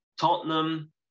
Tottenham